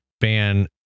ban